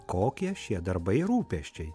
kokie šie darbai ir rūpesčiai